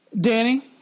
Danny